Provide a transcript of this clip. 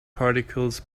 particles